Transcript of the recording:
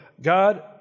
God